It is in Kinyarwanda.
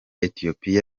ethiopia